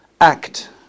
act